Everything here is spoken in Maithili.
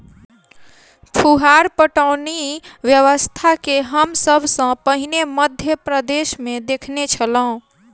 फुहार पटौनी व्यवस्था के हम सभ सॅ पहिने मध्य प्रदेशमे देखने छलौं